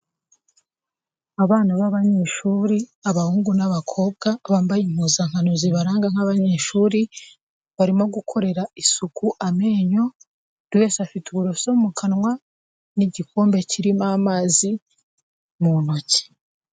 Abana b'abanyeshuri abahungu n'abakobwa bambaye impuzankano zibaranga nk'abanyeshuri, barimo gukorera isuku amenyo, buri wese afite uburoso mu kanwa n'igikombe kirimo amazi mu ntoki.